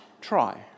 try